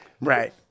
right